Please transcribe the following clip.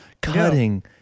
Cutting